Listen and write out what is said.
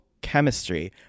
Chemistry